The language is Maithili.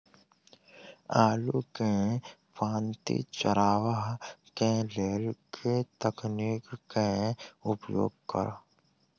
आलु केँ पांति चरावह केँ लेल केँ तकनीक केँ उपयोग करऽ?